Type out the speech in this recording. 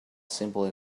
simple